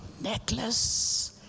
necklace